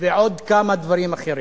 ועוד כמה דברים אחרים.